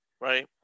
Right